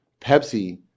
Pepsi